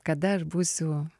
kada aš būsiu